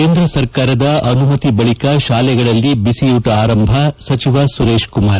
ಕೇಂದ್ರ ಸರ್ಕಾರದ ಅನುಮತಿ ಬಳಿಕ ಶಾಲೆಗಳಲ್ಲಿ ಬಿಸಿಯೂಟ ಆರಂಭ ಸಚಿವ ಸುರೇಶಕುಮಾರ್